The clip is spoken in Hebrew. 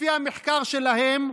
לפי המחקר שלהם,